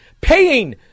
Paying